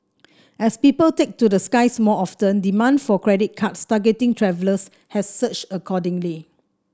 as people take to the skies more often demand for credit cards targeting travellers has surged accordingly